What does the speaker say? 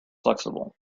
flexible